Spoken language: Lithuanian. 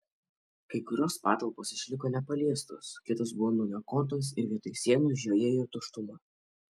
kai kurios patalpos išliko nepaliestos kitos buvo nuniokotos ir vietoj sienų žiojėjo tuštuma